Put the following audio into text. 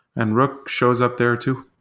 and rook shows up there too.